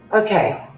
okay